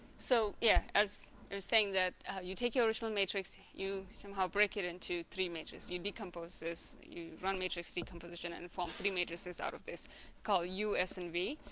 so yeah as we were saying that you take your original matrix you somehow break it into three matrices. you decompose this you run matrix decomposition and form three matrices out of this called u s and v.